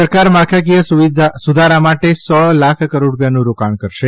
સરકાર માળખાકીય સુધારા માટે સો લાખ કરોડ રૂપિયાનું રોકાણ કરશે